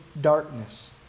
darkness